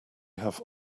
have